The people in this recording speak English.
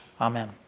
Amen